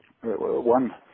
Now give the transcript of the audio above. one